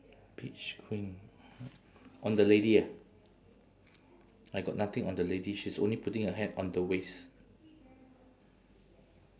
beach queen on the lady ah I got nothing on the lady she's only putting her hand on the waist